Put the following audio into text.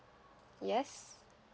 yes